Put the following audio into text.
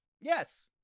Yes